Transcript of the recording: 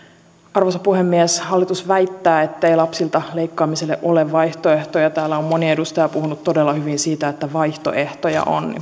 arvoisa puhemies hallitus väittää ettei lapsilta leikkaamiselle ole vaihtoehtoja täällä on moni edustaja puhunut todella hyvin siitä että vaihtoehtoja on